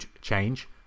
change